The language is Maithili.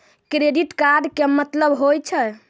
क्रेडिट कार्ड के मतलब होय छै?